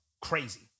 crazy